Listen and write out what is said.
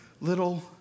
little